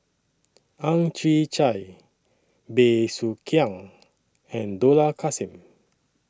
Ang Chwee Chai Bey Soo Khiang and Dollah Kassim